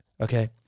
Okay